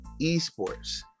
esports